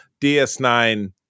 DS9